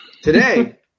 today